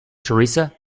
teresa